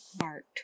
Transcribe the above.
art